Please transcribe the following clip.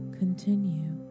continue